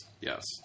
Yes